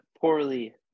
poorly